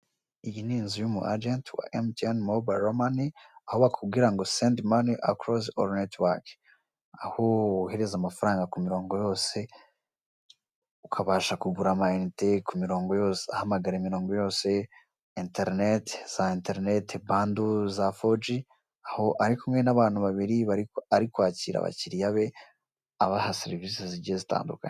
Iyi ni inzu y'umwagenti wa MTN Mobilo Mane, aho bakubwira ngo sendi mane akurozi oru netiwoki, aho wohereza amafaranga ku mirongo yose, ukabasha kugura amayinite ahamagara imirongo yose, interineti, bando za 4G. Aho ari kumwe n'abantu babiri, ari kwakira abakiriya be, abaha serivisi zigiye zitandukanye.